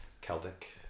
celtic